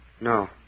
No